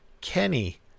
Kenny